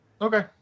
okay